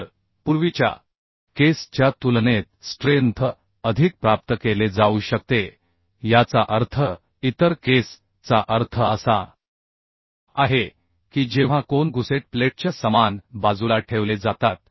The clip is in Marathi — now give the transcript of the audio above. तर पूर्वीच्या केस च्या तुलनेत स्ट्रेंथ अधिक प्राप्त केले जाऊ शकते याचा अर्थ इतर केस चा अर्थ असा आहे की जेव्हा कोन गुसेट प्लेटच्या समान बाजूला ठेवले जातात